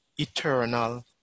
Eternal